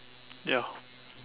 ya